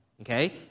okay